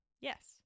Yes